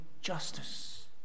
justice